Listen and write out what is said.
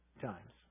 times